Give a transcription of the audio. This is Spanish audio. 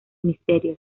misterios